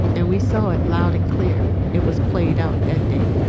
and we saw it loud and clear. it was played out that day.